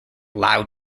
lao